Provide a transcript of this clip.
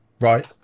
Right